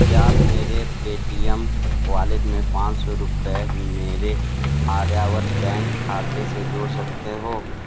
क्या आप मेरे पेटीएम वॉलेट में पाँच सौ रुपये मेरे आर्यव्रत बैंक खाते से जोड़ सकते हो